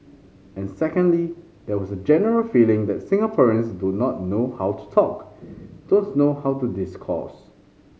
and secondly there was a general feeling that Singaporeans do not know how to talk don't know how to discourse